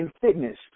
fitness